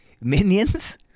Minions